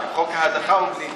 עם חוק ההדחה או בלי?